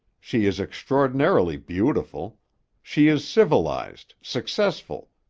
she is extraordinarily beautiful she is civilized, successful,